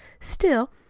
still,